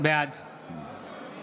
בעד